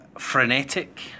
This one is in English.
frenetic